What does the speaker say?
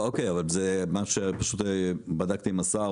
אוקיי אבל זה מה שבדקתי עם השר,